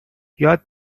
یاد